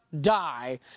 die